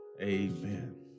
Amen